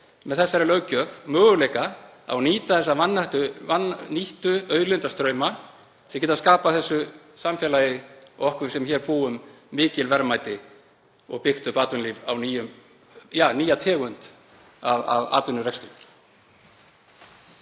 með þessari löggjöf; möguleika á að nýta þessa vannýttu auðlindarstrauma, geta skapað samfélaginu og okkur sem hér búum mikil verðmæti og byggt upp atvinnulíf og nýja tegund af atvinnurekstri.